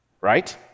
right